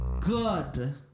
good